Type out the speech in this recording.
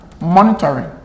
Monitoring